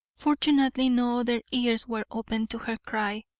fortunately no other ears were open to her cry.